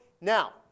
Now